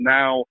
now